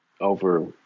over